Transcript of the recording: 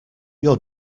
your